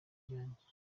byanjye